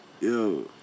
yo